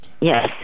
Yes